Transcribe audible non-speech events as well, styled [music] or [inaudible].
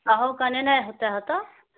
[unintelligible]